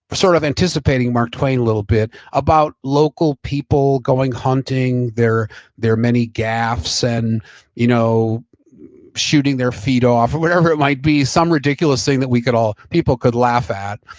sort of anticipating mark twain a little bit about local people going hunting. there there are many gaffes and you know shooting their feet off or whatever it might be, some ridiculous thing that we could all, people could laugh at.